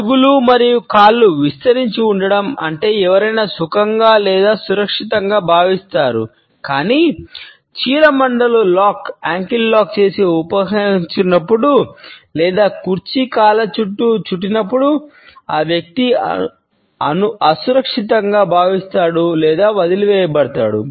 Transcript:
అడుగులు మరియు కాళ్ళు విస్తరించి ఉండటం అంటే ఎవరైనా సుఖంగా లేదా సురక్షితంగా భావిస్తారు కాని చీలమండలు లాక్ చేసి ఉపసంహరించుకున్నప్పుడు లేదా కుర్చీ కాళ్ళ చుట్టూ చుట్టినప్పుడు ఆ వ్యక్తి అసురక్షితంగా భావిస్తాడు లేదా వదిలివేయబడతాడు